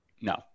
No